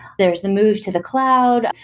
there is the move to the cloud,